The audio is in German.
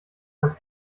man